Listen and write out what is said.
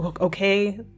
okay